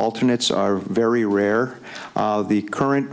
alternates are very rare the current